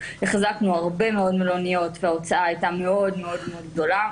החזקנו הרבה מאוד מלוניות וההוצאה הייתה מאוד מאוד גדולה,